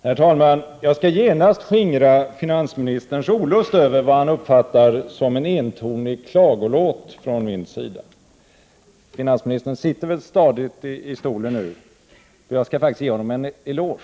Herr talman! Jag skall genast skingra finansministerns olust över vad han uppfattade som en entonig klagolåt från min sida. Finansministern sitter väl stadigt i stolen nu? Jag skall faktiskt ge honom en eloge.